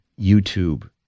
YouTube